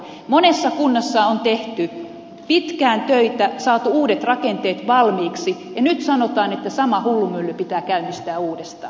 monessa kunnassa on tehty pitkään töitä saatu uudet rakenteet valmiiksi ja nyt sanotaan että sama hullunmylly pitää käynnistää uudestaan